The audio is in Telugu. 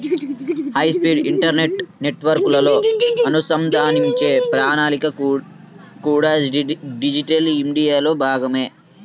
హైస్పీడ్ ఇంటర్నెట్ నెట్వర్క్లతో అనుసంధానించే ప్రణాళికలు కూడా డిజిటల్ ఇండియాలో భాగమే